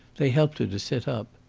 they helped her to sit up.